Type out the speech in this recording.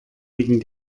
liegen